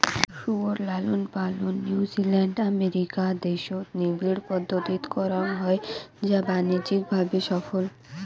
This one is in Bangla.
শুয়োর লালনপালন নিউজিল্যান্ড, আমেরিকা দ্যাশত নিবিড় পদ্ধতিত করাং হই যা বাণিজ্যিক ভাবে সফল